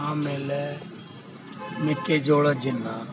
ಆಮೇಲೆ ಮೆಕ್ಕೆ ಜೋಳ ಜಿನ್ನ